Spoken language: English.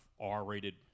R-rated